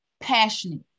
passionate